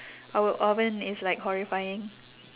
our oven is like horrifying